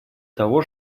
того